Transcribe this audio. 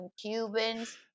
cubans